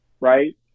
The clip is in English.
right